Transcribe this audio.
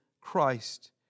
Christ